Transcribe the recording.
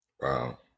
Wow